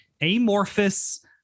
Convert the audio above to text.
amorphous